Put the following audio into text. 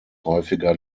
häufiger